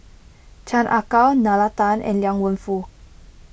Chan Ah Kow Nalla Tan and Liang Wenfu